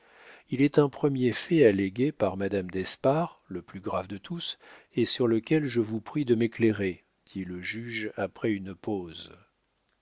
il est un premier fait allégué par madame d'espard le plus grave de tous et sur lequel je vous prie de m'éclairer dit le juge après une pause